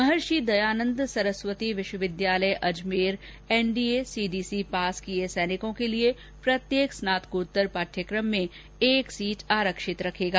महर्षि दयानंद सरस्वती विश्वविद्यालय Ajmer NDA CDC pass किए सैनिकों के लिए प्रत्येक स्नातकोत्तर पाठ्यक्रम में एक सीट आरक्षित रखेगा